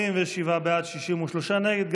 47 בעד , 63 נגד.